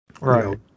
Right